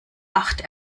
acht